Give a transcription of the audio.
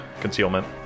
concealment